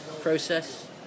process